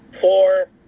four